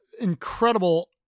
incredible